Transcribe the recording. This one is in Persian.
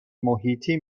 محیطی